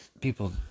people